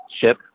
ship